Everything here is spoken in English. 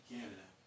Canada